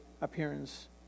appearance